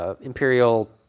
Imperial